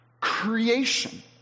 Creation